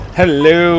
hello